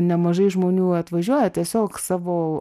nemažai žmonių atvažiuoja tiesiog savo